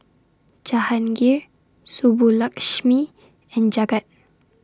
Jahangir Subbulakshmi and Jagat